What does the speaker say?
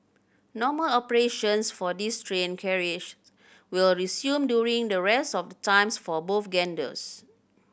normal operations for these train carriages will resume during the rest of the times for both genders